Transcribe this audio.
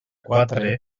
quatre